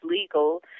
legal